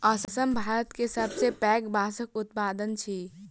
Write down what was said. असम भारत के सबसे पैघ बांसक उत्पादक अछि